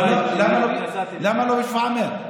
למה לא בשפאעמר?